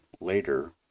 later